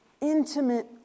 intimate